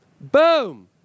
boom